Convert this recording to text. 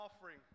offering